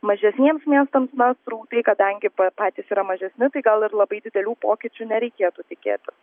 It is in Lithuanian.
mažesniems miestams na srautai kadangi pa patys yra mažesni tai gal ir labai didelių pokyčių nereikėtų tikėtis